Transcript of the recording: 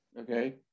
okay